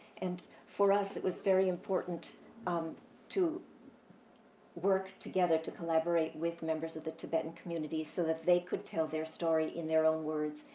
and for us, it was very important um to work together to collaborate with members of the tibetan communities, so that they could tell their story in their own words,